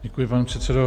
Děkuji, pane předsedo.